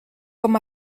com